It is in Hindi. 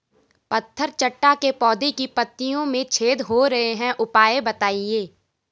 पत्थर चट्टा के पौधें की पत्तियों में छेद हो रहे हैं उपाय बताएं?